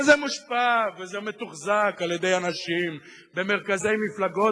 וזה מושפע וזה מתוחזק על-ידי אנשים במרכזי מפלגות,